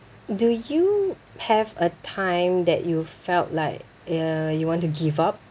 do you have a time that you felt like uh you want to give up